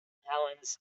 helens